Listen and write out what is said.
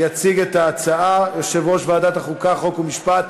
יציג את ההצעה יושב-ראש ועדת החוקה, חוק ומשפט